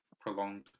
prolonged